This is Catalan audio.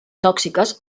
tòxiques